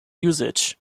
usage